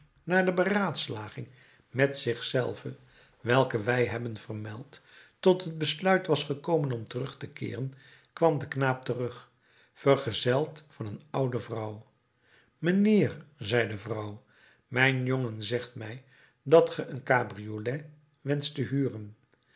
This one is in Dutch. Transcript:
na de beraadslaging met zich zelven welke wij hebben vermeld tot het besluit was gekomen om terug te keeren kwam de knaap terug vergezeld van een oude vrouw mijnheer zei de vrouw mijn jongen zegt mij dat ge een cabriolet wenscht te huren